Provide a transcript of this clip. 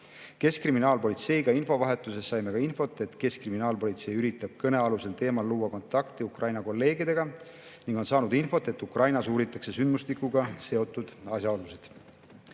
Keskkriminaalpolitseiga infovahetuses saime infot, et Keskkriminaalpolitsei üritab kõnealusel teemal luua kontakti Ukraina kolleegidega ning on saanud infot, et Ukrainas uuritakse sündmustikuga seotud asjaolusid.